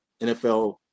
NFL